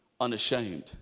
unashamed